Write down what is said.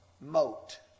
moat